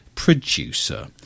producer